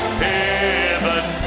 heaven